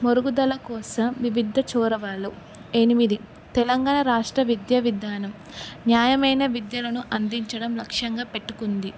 మెరుగుదల కోసం వివిధ చొరవలు ఎనిమిది తెలంగాణ రాష్ట్ర విద్య విధానం న్యాయమైన విద్యలను అందించడం లక్ష్యంగా పెట్టుకుంది